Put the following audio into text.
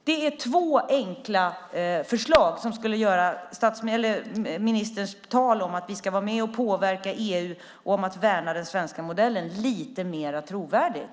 Det är två enkla förslag som skulle göra ministerns tal om att vi ska vara med och påverka EU om att värna den svenska modellen lite mer trovärdigt.